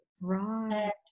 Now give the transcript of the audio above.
Right